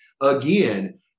again